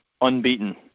unbeaten